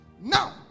Now